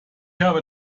habe